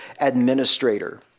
administrator